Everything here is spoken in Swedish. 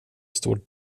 står